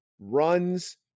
runs